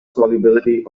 solubility